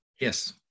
Yes